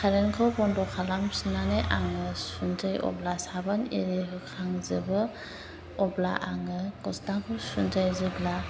खारेनखौ बन्द' खालामफिन्नानै आङो सुनसै अब्ला साबोन इरि होखांजोबो अब्ला आङो गस्लाखौ सुनसै जेब्ला